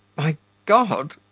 my god!